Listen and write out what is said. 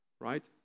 right